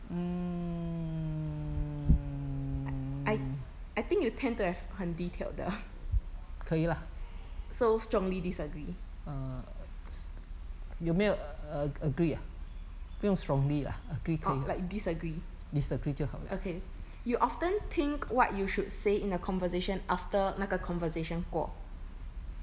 I I think you tend to have 很 detailed 的 so strongly disagree orh like disagree okay you often think what you should say in a conversation after 那个 conversation 过